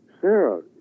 Sarah